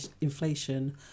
inflation